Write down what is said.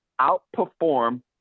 outperform